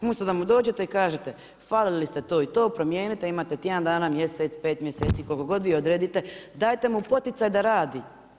Umjesto da mu dođete i kažete, falili ste to i to, promijenite, imate tjedan dana, mjesec, pet mjeseci, koliko god vi odredite, dajte mu poticaj da radi.